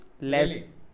less